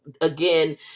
again